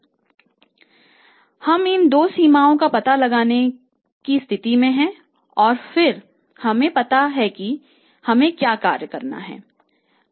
इसलिए हम इन 2 सीमाओं का पता लगाने की स्थिति में हैं और फिर हमें पता है कि हमें क्या कार्य करना है